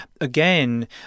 again